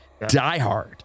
diehard